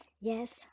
yes